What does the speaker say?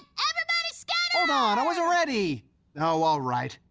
and but scatter! hold on, i wasn't ready oh, all right.